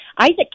Isaac